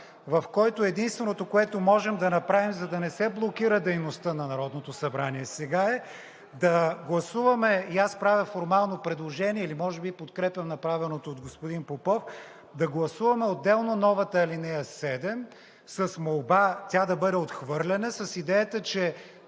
в който единственото, което можем да направим, за да не се блокира дейността на Народното събрание сега, е да гласуваме… Аз правя формално предложение или може би подкрепям направеното от господин Попов – да гласуваме отделно новата ал. 7 с молба тя да бъде отхвърлена, с идеята, че